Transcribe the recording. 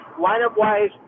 lineup-wise